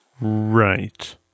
Right